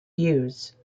use